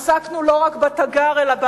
עסקנו לא רק בתגר אלא בהדר.